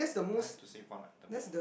time to save one item what would